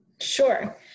Sure